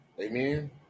Amen